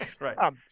Right